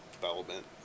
development